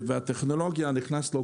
גם המידע וגם הטכנולוגיה צריכים לבוא